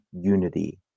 unity